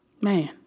man